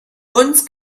uns